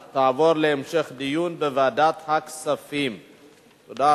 2012, לוועדת הכספים נתקבלה.